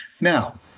Now